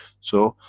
so,